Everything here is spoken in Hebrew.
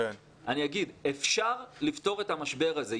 אני אגיד, אפשר לפתור את המשבר הזה.